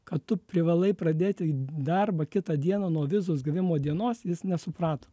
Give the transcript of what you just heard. kad tu privalai pradėti darbą kitą dieną nuo vizos gavimo dienos jis nesuprato